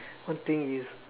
one thing is